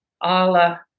Allah